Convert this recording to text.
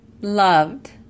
loved